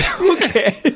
okay